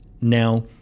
Now